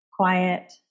quiet